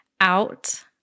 out